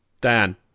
Dan